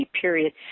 period